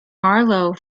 marlowe